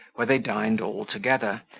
where they dined all together,